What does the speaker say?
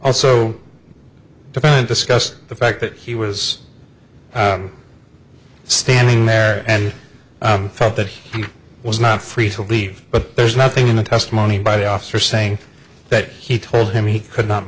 discussed the fact that he was standing there and felt that he was not free to leave but there's nothing in the testimony by the officer saying that he told him he could not